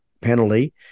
penalty